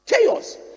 Chaos